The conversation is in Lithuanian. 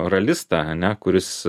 ralistą ane kuris